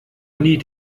nie